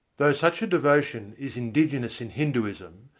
though such a devotion is indigenous in hinduism,